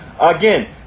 Again